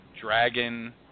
dragon